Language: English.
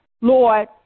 Lord